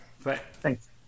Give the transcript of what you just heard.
Thanks